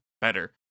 better